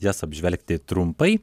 jas apžvelgti trumpai